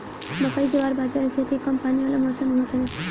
मकई, जवार बजारा के खेती कम पानी वाला मौसम में होत हवे